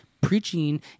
preaching